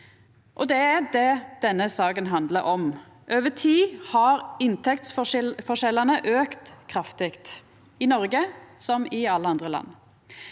saka handlar om. Over tid har inntektsforskjellane auka kraftig i Noreg, som i alle andre land.